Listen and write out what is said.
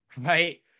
right